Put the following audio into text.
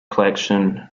collection